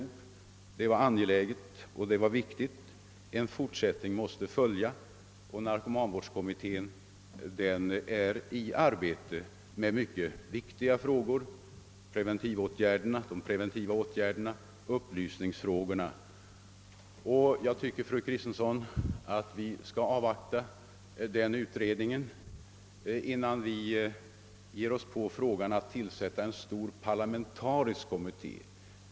Det var ett viktigt steg vi tog. En fortsättning måste följa, och narkomanvårdskommittén arbetar med mycket väsentliga frågor: frågan om de preventiva åtgärderna, om upplysning o.s.v. Jag tycker, fru Kristensson, att vi skall avvakta den utredningen innan vi ger oss in på att tillsätta en stor parlamentarisk utredning.